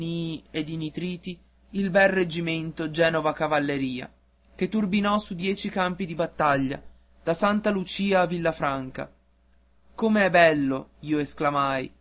di nitriti il bel reggimento genova cavalleria che turbinò su dieci campi di battaglia da santa lucia a villafranca come è bello io esclamai